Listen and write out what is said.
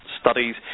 studies